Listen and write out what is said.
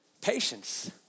Patience